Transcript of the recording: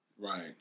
Right